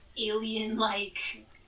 alien-like